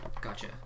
Gotcha